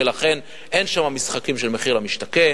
ולכן אין שם משחקים של מחיר למשתכן.